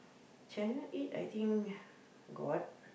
channel eight I think got